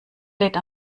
lädt